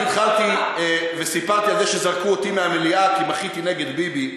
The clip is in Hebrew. אני התחלתי וסיפרתי על זה שזרקו אותי מהמליאה כי מחיתי נגד ביבי.